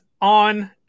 on